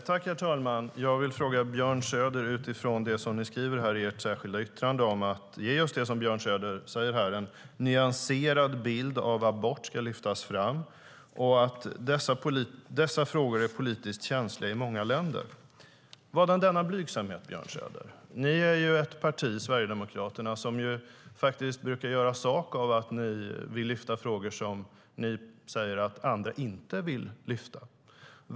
Herr talman! Utifrån det som ni skriver i ert särskilda yttrande om att en nyanserad bild av aborter ska lyftas fram och att dessa frågor är politiskt känsliga i många länder vill jag ställa en fråga till Björn Söder: Vadan denna blygsamhet, Björn Söder? Sverigedemokraterna är ju ett parti som brukar göra sak av att ni vill lyfta upp frågor som ni säger att andra inte vill lyfta upp.